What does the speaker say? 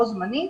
בו זמנית,